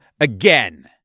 again